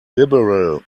liberal